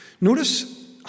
notice